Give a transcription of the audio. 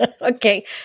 Okay